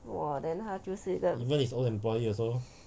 !wah! then 他就是一个